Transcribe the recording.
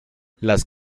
las